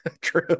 True